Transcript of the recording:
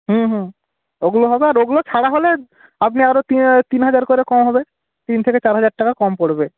হুম হুম ওগুলো হবে আর ওগুলো ছাড়া হলে আপনি আরও তিন তিন হাজার করে কম হবে তিন থেকে চার হাজার টাকা কম পড়বে